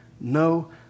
no